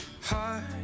heart